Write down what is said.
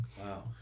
Wow